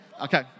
Okay